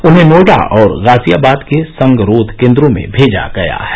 उन्हें नोएडा और गाजियाबाद के संगरोध केंद्रों में भेजा गया है